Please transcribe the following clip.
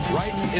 right